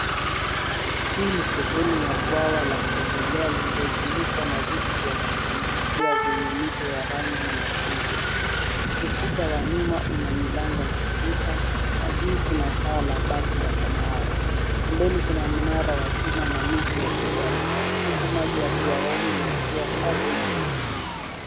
Hii ni sehemu ya bwa la kuogelea iliyozungukwa na viti vya kupumzikia vya rangi machungwa. Ukuta wa nyuma una milango na dirisha na juu kuna paa la bati la samawati. Mbele kuna mnara wa chuma na miti ya kijani huku maji ya bwawani yakiwa safi na ya utulivu.